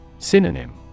Synonym